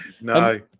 No